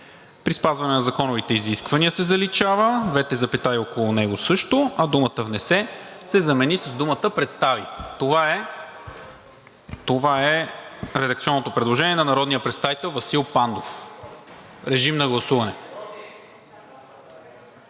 „при спазване на законовите изисквания“ се заличава и двете запетаи около него също, а думата „внесе“ се заменя с думата „представи“. Това е редакционното предложение на народния представител Васил Пандов. Режим на гласуване.